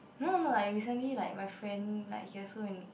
no no like recently like my friend like he also in